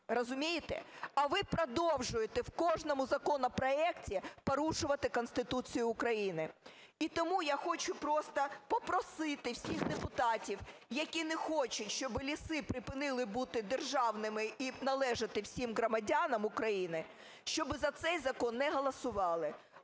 Розумієте? А ви продовжуєте в кожному законопроекті порушувати Конституцію України. І тому я хочу просто попросити всіх депутатів, які не хочуть, щоб ліси припинили бути державними і належати всім громадянам України, щоб за цей закон не голосували.